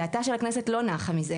דעתה של הכנסת לא נחה מזה,